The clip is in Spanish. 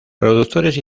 productores